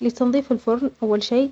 لتنظيف الفرن، أول شيء